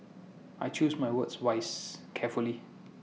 I choose my words wise carefully